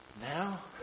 now